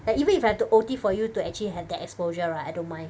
like even if I have to O_T for you to actually have that exposure right I don't mind